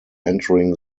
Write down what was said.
entering